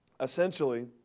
Essentially